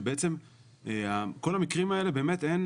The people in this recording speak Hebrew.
שבעצם כל המקרים האלה באמת אין